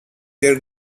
their